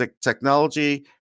technology